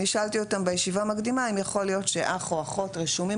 אני שאלתי אותם בישיבה המקדימה אם יכול להיות שאח או אחות רשומים